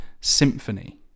Symphony